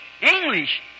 English